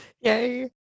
Yay